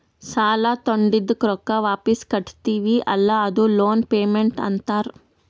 ಸಾಲಾ ತೊಂಡಿದ್ದುಕ್ ರೊಕ್ಕಾ ವಾಪಿಸ್ ಕಟ್ಟತಿವಿ ಅಲ್ಲಾ ಅದೂ ಲೋನ್ ಪೇಮೆಂಟ್ ಅಂತಾರ್